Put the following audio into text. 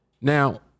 Now